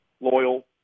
loyal